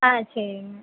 ஆ சரிங்க